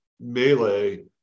melee